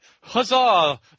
huzzah